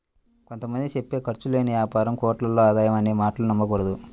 కొంత మంది చెప్పే ఖర్చు లేని యాపారం కోట్లలో ఆదాయం అనే మాటలు నమ్మకూడదు